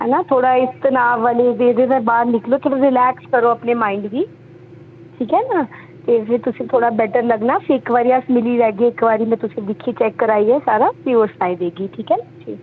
है ना थोह्ड़ा इस तनाव बिच्च बाह्र निकलो थोह्ड़ा रिलैक्स करो अपने माइंड गी ठीक ऐ न ते फ्ही तुसें थोह्ड़ा बैटर लग्गना फ्ही इक बारी अस मिली लैगे इक बारी में तुसें दिक्खी चैक कराइयै सारा फ्ही ओह् सनाई देगी